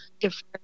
different